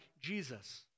Jesus